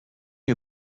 you